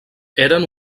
eren